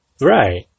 Right